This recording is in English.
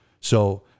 So-